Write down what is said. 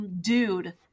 dude